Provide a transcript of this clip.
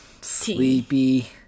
sleepy